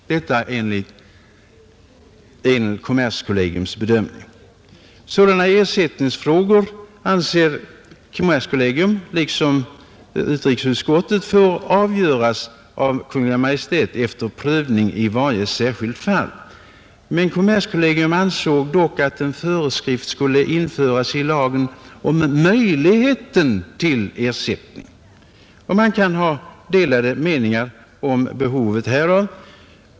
Detta är alltså kommerskollegiums bedömning. Sådana ersättningsfrågor anser kommerskollegium liksom utrikesutskottet böra avgöras av Kungl. Maj:t efter prövning i varje särskilt fall. Men kommerskollegium ansåg dock att en föreskrift skulle införas i lagen om möjligheten till ersättning. Man kan ha delade meningar om behovet härav.